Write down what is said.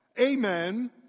amen